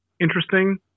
interesting